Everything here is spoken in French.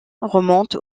remonte